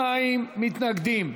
52 מתנגדים,